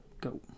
go